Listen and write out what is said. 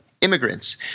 immigrants